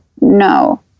no